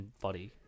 body